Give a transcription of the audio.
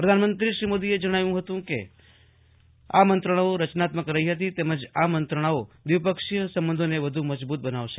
પ્રધાનમંત્રી શ્રી મોદીએ જણાવ્યું હતું મંત્રણાઓ રચનાત્મક રહી હતી તેમજ આ મંત્રણાઓ દ્વિપક્ષીય સંબંધોને વધુ મજબૂત બનાવશે